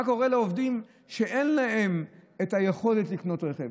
מה קורה לעובדים שאין להם היכולת לקנות רכב?